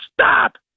stop